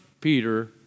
Peter